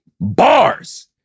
bars